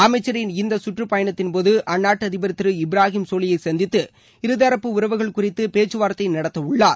அமைச்சரின் இந்த கற்றுப் பயணத்தின் போது அந்நாட்டு அதிபர் திரு இப்ராஹிம் சோலியை சந்தித்து இருதரப்பு உறவுகள் குறித்து பேச்சுவார்த்தை நடத்த உள்ளார்